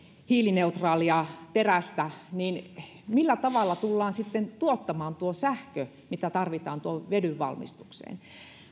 hiilineutraalia terästä niin millä tavalla tullaan sitten tuottamaan sähkö mitä tarvitaan tuon vedyn valmistukseen